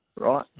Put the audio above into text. right